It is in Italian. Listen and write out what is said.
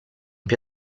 più